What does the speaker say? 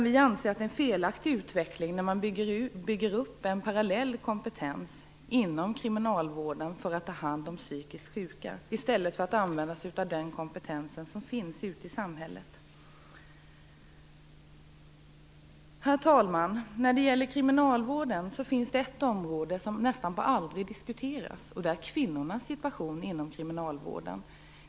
Vi anser att det är en felaktig utveckling när man bygger upp en parallell kompetens inom kriminalvården för att ta hand om de psykiskt sjuka i stället för att använda sig av den kompetens som finns ute i samhället. Herr talman! När det gäller kriminalvården finns det ett område som nästan aldrig situation, nämligen kvinnornas situation inom kriminalvården.